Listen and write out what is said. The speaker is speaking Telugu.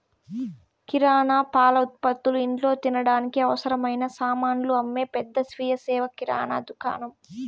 కిరణా, పాల ఉత్పతులు, ఇంట్లో తినడానికి అవసరమైన సామానులు అమ్మే పెద్ద స్వీయ సేవ కిరణా దుకాణం